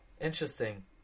Interesting